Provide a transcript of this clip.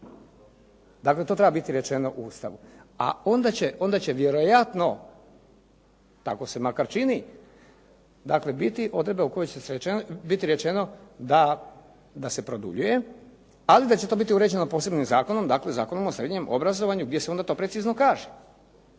Dakle, to treba biti rečeno u Ustavu. A onda će vjerojatno, tako se makar čini, dakle biti odredbe u kojoj će biti rečeno da se produljuje, ali da će to biti uređeno posebnim zakonom, dakle Zakonom o srednjem obrazovanju gdje se onda to precizno kaže.